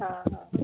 हां हां